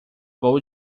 vou